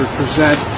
present